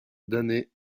d’années